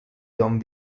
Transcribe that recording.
don